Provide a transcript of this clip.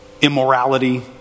immorality